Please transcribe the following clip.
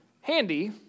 handy